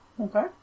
Okay